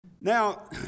Now